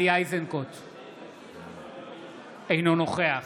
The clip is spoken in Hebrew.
אינו נוכח